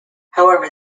however